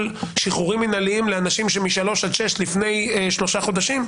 שחרורים מינהליים לאנשים שמשלוש עד שש לפני שלושה חודשים?